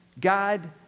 God